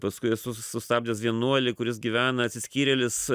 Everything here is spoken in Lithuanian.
paskui esu sustabdęs vienuolį kuris gyvena atsiskyrėlis